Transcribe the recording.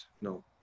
no